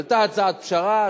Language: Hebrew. עלתה הצעת פשרה,